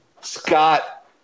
Scott